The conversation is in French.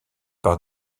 par